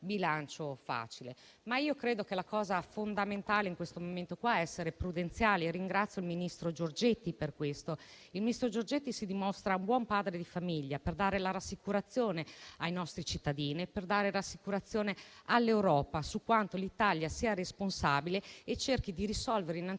bilancio facile. Ma credo che la cosa fondamentale in questo momento è essere prudenziali, e quindi ringrazio il ministro Giorgetti per questo. Il ministro Giorgetti si dimostra un buon padre di famiglia, al fine di dare rassicurazione ai nostri cittadini e all'Europa su quanto l'Italia sia responsabile e cerchi di adempiere innanzitutto